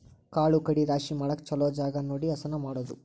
ಕಾಳು ಕಡಿ ರಾಶಿ ಮಾಡಾಕ ಚುಲೊ ಜಗಾ ನೋಡಿ ಹಸನ ಮಾಡುದು